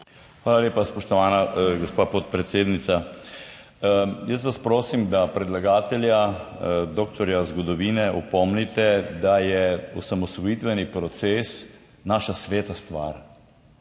Hvala lepa, spoštovana gospa podpredsednica. Jaz vas prosim, da predlagatelja, doktorja zgodovine opomnite, da je osamosvojitveni proces naša sveta stvar,